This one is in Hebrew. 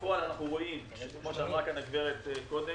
בפועל אנחנו רואים כמו שאמרה כאן הגברת קודם,